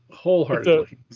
Wholeheartedly